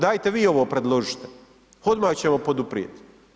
Dajte vi ovo predložite, odmah ćemo poduprijeti.